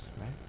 right